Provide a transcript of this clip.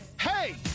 Hey